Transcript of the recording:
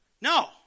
No